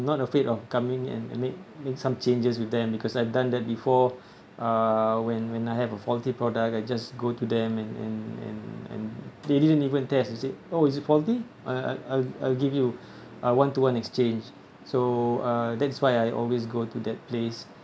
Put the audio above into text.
not afraid of coming and make make some changes with them because I've done that before uh when when I have a faulty product I just go to them and and and and they didn't even test to say oh is it faulty I'll I'll I'll I'll give you a one to one exchange so uh that's why I always go to that place